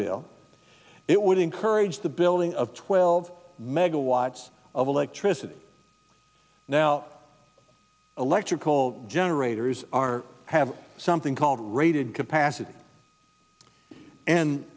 bill it would encourage the building of twelve megawatts of electricity now electrical generators are have something called rated capacity and